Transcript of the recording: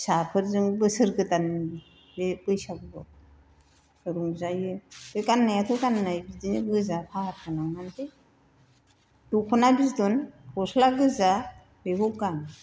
फिसाफोरजों बोसोर गोदाननि बे बैसागुआव रंजायो बे गान्नायाथ' गान्नाय बिदिनो गोजा फाहार गोनांआनोसै दख'ना बिदन गस्ला गोजा बेखौ गानो